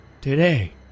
today